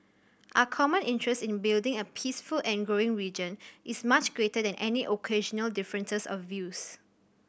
our common interest in building a peaceful and growing region is much greater than any occasional differences of views